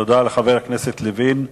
תודה לחבר הכנסת לוין.